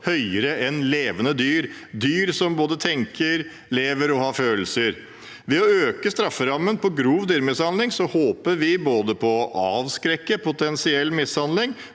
høyere enn levende dyr – dyr som både tenker, lever og har følelser. Ved å øke strafferammen for grov dyremishandling håper vi både på å avskrekke potensiell mishandling